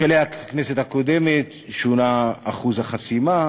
בשלהי הכנסת הקודמת שונה אחוז החסימה,